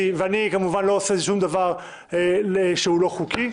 לא עושה שום דבר לא חוקי,